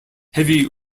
heavy